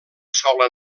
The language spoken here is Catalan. sola